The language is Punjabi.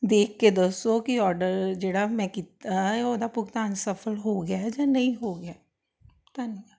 ਦੇਖ ਕੇ ਦੱਸੋ ਕਿ ਔਡਰ ਜਿਹੜਾ ਮੈਂ ਕੀਤਾ ਹੈ ਉਹਦਾ ਭੁਗਤਾਨ ਸਫ਼ਲ ਹੋ ਗਿਆ ਹੈ ਜਾਂ ਨਹੀਂ ਹੋ ਗਿਆ ਧੰਨਵਾਦ